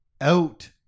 out